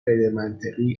غیرمنطقی